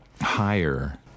higher